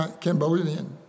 Cambodian